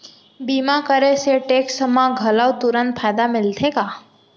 बीमा करे से टेक्स मा घलव तुरंत फायदा मिलथे का?